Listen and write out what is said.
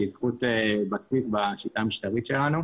שהיא זכות בסיס בשיטה המשטרית שלנו.